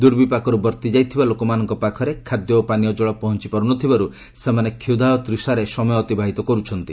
ଦୂର୍ବିପାକର୍ ବର୍ତ୍ତି ଯାଇଥିବା ଲୋକମାନଙ୍କ ପାଖରେ ଖାଦ୍ୟ ଓ ପାନୀୟ ଜଳ ପହଞ୍ଚିପାର୍ ନଥିବାରୁ ସେମାନେ କ୍ଷୁଧା ଓ ତୃଷାରେ ସମୟ ଅତିବାହିତ କରୁଛନ୍ତି